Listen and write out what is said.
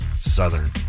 Southern